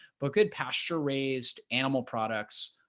but good pasture raised animal products.